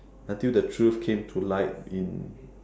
until the truth came to light in